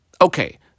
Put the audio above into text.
Okay